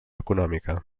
econòmica